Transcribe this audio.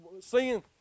seeing